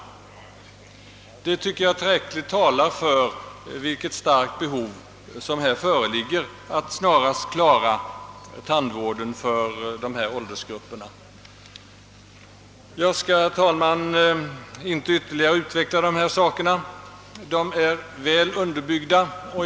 Detta tycker jag visar tillräckligt tydligt att det här föreligger ett starkt behov av att tandvården snarast klaras för åldersgrupperna 17—19 år. Jag skall, herr talman, icke ytterligare utveckla dessa argument. De är väl underbyggda.